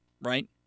right